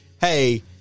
hey